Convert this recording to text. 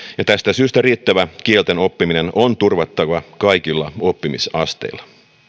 ja tästä syystä riittävä kielten oppiminen on turvattava kaikilla oppimisasteilla